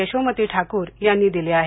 यशोमती ठाकूर यांनी दिले आहेत